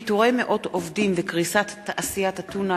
פיטורי מאות עובדים וקריסת תעשיית הטונה